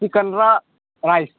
chicken र rice